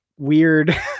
Weird